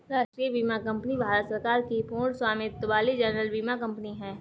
राष्ट्रीय बीमा कंपनी भारत सरकार की पूर्ण स्वामित्व वाली जनरल बीमा कंपनी है